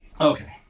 Okay